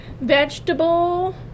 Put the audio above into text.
Vegetable